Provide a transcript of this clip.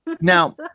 now